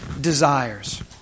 desires